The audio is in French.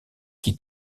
qui